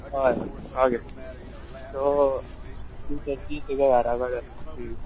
हय okay so two थटी तुगे घरा कोडे